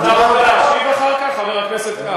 תרצה להשיב אחר כך, חבר הכנסת כץ?